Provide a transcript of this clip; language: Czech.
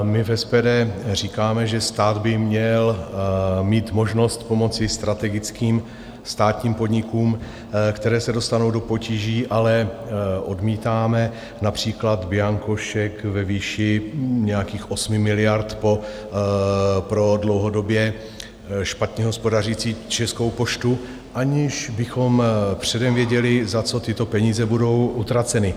My v SPD říkáme, že stát by měl mít možnost pomoci strategickým státním podnikům, které se dostanou do potíží, ale odmítáme například bianko šek ve výši nějakých 8 miliard pro dlouhodobě špatně hospodařící Českou poštu, aniž bychom předem věděli, za co tyto peníze budou utraceny.